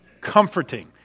comforting